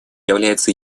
является